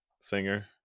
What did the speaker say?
singer